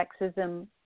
sexism